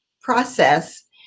process